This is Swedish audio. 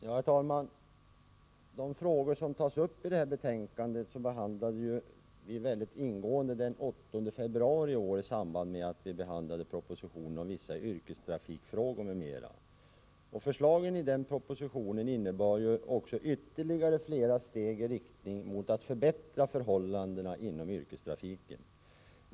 Herr talman! De frågor som tas upp i detta betänkande behandlade vi mycket ingående den 8 februari i år i samband med att vi behandlade propositionen om vissa yrkestrafikfrågor m.m. Förslagen i den propositionen innebar också ytterligare flera steg i riktning mot att förbättra förhållandena inom yrkestrafiken.